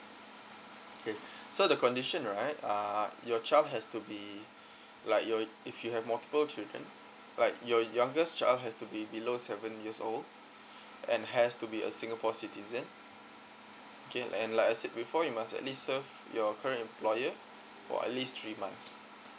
okay so the condition right uh your child has to be like your it if you have multiple children like your youngest child has to be below seven years old and has to be a singapore citizen okay and like I said before you must at least serve your current employer for at least three months